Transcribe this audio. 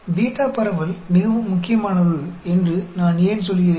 beta பரவல் மிகவும் முக்கியமானது என்று நான் ஏன் சொல்கிறேன்